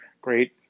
great